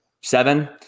seven